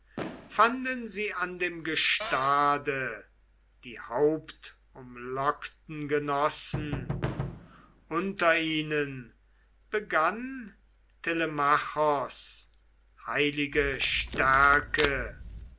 fanden sie an dem gestade die hauptumlockten genossen unter ihnen begann telemachos heilige stärke